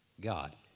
God